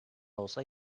olsa